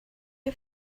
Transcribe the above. you